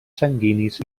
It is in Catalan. sanguinis